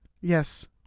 Yes